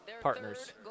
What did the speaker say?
partners